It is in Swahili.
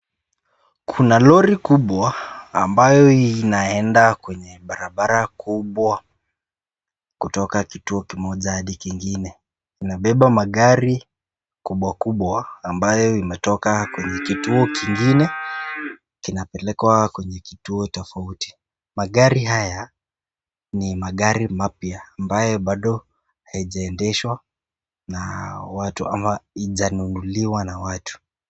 Kuna lori kubwa ambayo inaenda kwenye barabara kubwa kutoka kituo moja hadi kingine. Inabeba magari kubwa kubwa ambayo imetoka kwenye kituo kingine kinapelekwa kwenye kituo tofauti. Magari haya ni magari mapya ambayo bado haijaendeshwa na watu ama haijanunuliwa na watu.